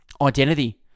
Identity